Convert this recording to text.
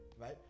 right